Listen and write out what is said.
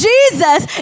Jesus